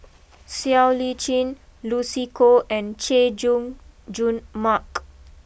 Siow Lee Chin Lucy Koh and Chay Jung Jun Mark